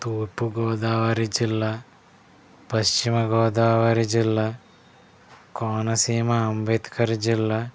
తూర్పు గోదావరి జిల్లా పశ్చిమ గోదావరి జిల్లా కోనసీమ అంబేద్కర్ జిల్లా